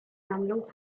sammlung